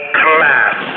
class